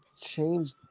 change